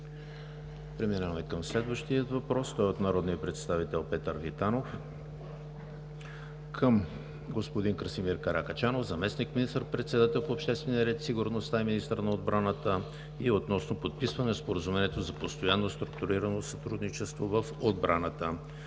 Преминаваме към следващия въпрос. Той е от народния представител Петър Витанов към господин Красимир Каракачанов, заместник министър-председател по обществения ред и сигурността и министър на отбраната, и е относно подписване на Споразумението за постоянно структурирано сътрудничество в отбраната.